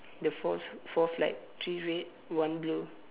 the fours four flag three red one blue